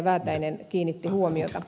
väätäinen kiinnitti huomiota